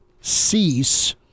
cease